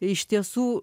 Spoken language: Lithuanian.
iš tiesų